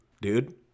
dude